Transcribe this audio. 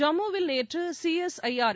ஜம்முவில் நேற்று சிஎஸ்ஐஆர்